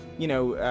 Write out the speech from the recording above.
you know.